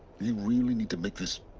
you really need to make this.